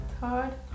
Third